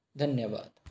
धन्यवाद